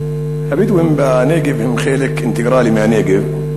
הבדואים בנגב הם חלק אינטגרלי של הנגב,